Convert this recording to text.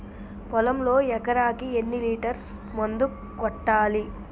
పొలంలో ఎకరాకి ఎన్ని లీటర్స్ మందు కొట్టాలి?